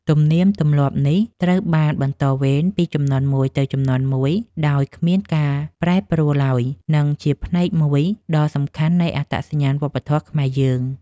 ទំនៀមទម្លាប់នេះត្រូវបានបន្តវេនពីជំនាន់មួយទៅជំនាន់មួយដោយគ្មានការប្រែប្រួលឡើយ និង ជាផ្នែកមួយដ៏សំខាន់នៃអត្តសញ្ញាណវប្បធម៌ខ្មែរយើង។